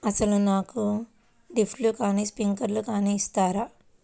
అసలు నాకు డ్రిప్లు కానీ స్ప్రింక్లర్ కానీ ఇస్తారా?